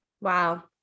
Wow